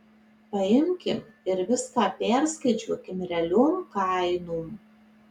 paimkim ir viską perskaičiuokim realiom kainom